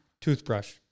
Toothbrush